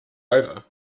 over